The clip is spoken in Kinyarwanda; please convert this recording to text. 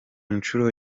nshuro